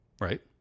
Right